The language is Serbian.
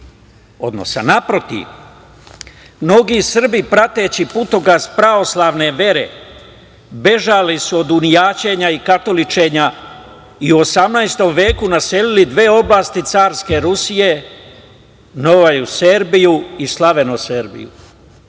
odnosa. Naprotiv, mnogi Srbi prateći putokaz pravoslavne vere bežali su od unijaćenja i katoličenja i u 18. veku naselili dve oblasti carske Rusije, Novajuserbiju i Slavenoserbiju. Nadalje,